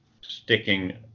sticking